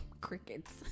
Crickets